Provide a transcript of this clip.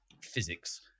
physics